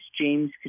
James